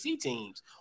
teams